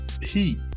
heat